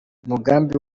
umugambi